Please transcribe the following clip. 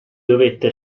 dovette